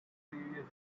previous